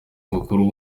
mukuru